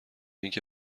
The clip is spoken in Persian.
اینکه